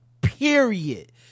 period